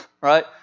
right